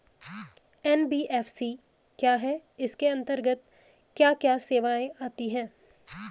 NBFC क्या है इसके अंतर्गत क्या क्या सेवाएँ आती हैं?